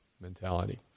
mentality